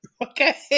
Okay